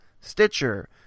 Stitcher